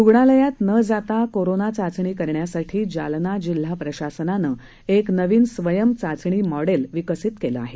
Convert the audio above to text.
रुग्णालयात न जाता कोरोना चाचणी करण्यासाठी जालना जिल्हा प्रशासनानं एक नविन स्वयम् चाचणी मॉडेल विकसित केलं आहे